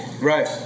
Right